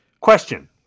question